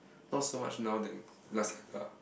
no so much now than last time lah